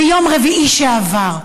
ביום רביעי שעבר,